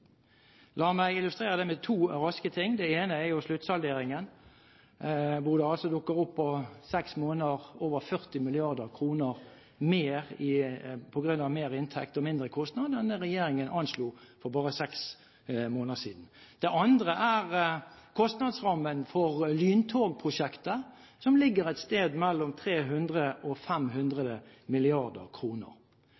La meg illustrere det raskt med to ting: Det ene er sluttsalderingen, hvor det altså på seks måneder dukker opp over 40 mrd. kr mer på grunn av mer inntekt og mindre kostnad enn det regjeringen anslo for bare seks måneder siden. Det andre er kostnadsrammen for lyntogprosjektet, som ligger et sted mellom